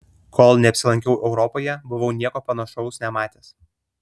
kol neapsilankiau europoje buvau nieko panašaus nematęs